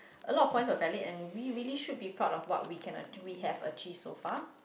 a lot of points are valid and we really should be proud of what we can we have achieve so far